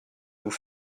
vous